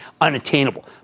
unattainable